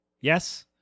Yes